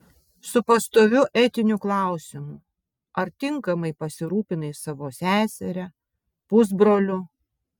su pastoviu etiniu klausimu ar tinkamai pasirūpinai savo seseria pusbroliu